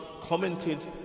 commented